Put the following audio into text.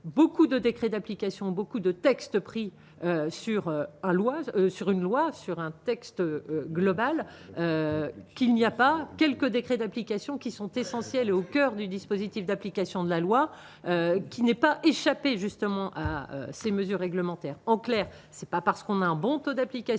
beaucoup de décrets d'application beaucoup de textes pris sur Aloise sur une loi sur un texte global qu'il n'y a pas quelques décrets d'application qui sont essentiels au coeur du dispositif d'application de la loi qui n'est pas échapper justement à ces mesures réglementaires en clair c'est pas parce qu'on a un bon taux d'applications